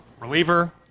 Reliever